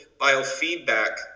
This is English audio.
biofeedback